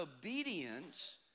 obedience